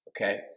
Okay